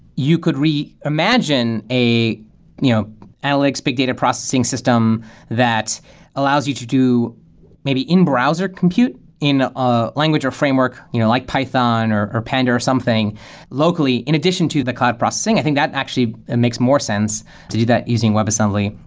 you could reimagine a you know analytics big data processing system that allows you to do maybe in-browser compute in a language or framework you know like python, or or panda, or something locally. in addition to the cloud processing, i think that actually makes more sense to do that using webassembly.